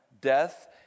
Death